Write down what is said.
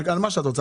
בשל מה שאת רוצה,